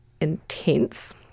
intense